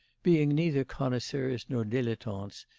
being neither connoisseurs nor dilettantes,